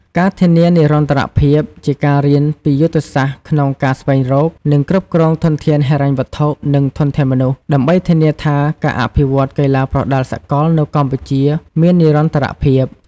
ការធានានិរន្តរភាពជាការ រៀនពីយុទ្ធសាស្ត្រក្នុងការស្វែងរក និងគ្រប់គ្រងធនធានហិរញ្ញវត្ថុ និងធនធានមនុស្ស ដើម្បីធានាថាការអភិវឌ្ឍន៍កីឡាប្រដាល់សកលនៅកម្ពុជាមាននិរន្តរភាព។